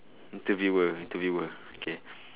interviewer interviewer okay